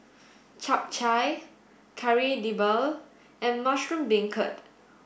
Chap Chai Kari Debal and mushroom beancurd